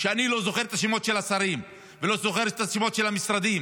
אני לא זוכר את השמות של השרים ולא זוכר את שמות המשרדים,